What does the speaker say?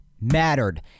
mattered